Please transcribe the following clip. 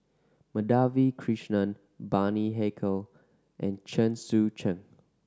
Madhavi Krishnan Bani Haykal and Chen Sucheng